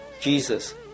Jesus